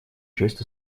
честь